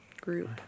group